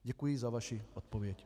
Děkuji za vaši odpověď.